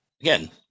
again